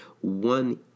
one